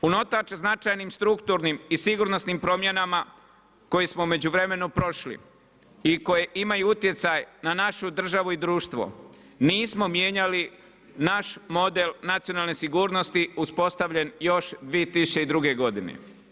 Unatoč značajnim strukturnim i sigurnosnim promjenama koje smo u međuvremenu prošli i koje imaju utjecaj na našu državu i društvo nismo mijenjali naš model nacionalne sigurnosti uspostavljen još 2002. godine.